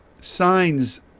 signs